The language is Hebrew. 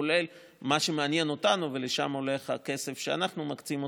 כולל מה שמעניין אותנו ולשם הולך הכסף שאנחנו מקצים,